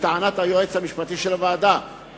לטענת היועץ המשפטי של הוועדה,